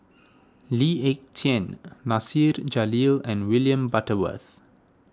Lee Ek Tieng Nasir Jalil and William Butterworth